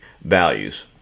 values